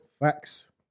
Facts